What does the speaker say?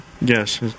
Yes